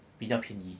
比较便宜